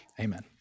Amen